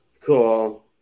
cool